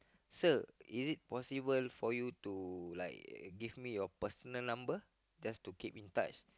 sir is it possible for you to like give me your personal number just to keep in touch